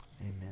amen